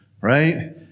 Right